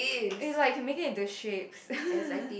and you like you can make it into shapes